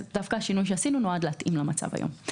השינוי שעשינו דווקא נועד להתאים למצב היום.